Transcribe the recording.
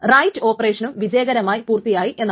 right ഓപ്പറേഷനും വിജയകരമായി പൂർത്തിയായി എന്നാണ്